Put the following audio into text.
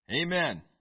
Amen